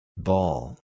Ball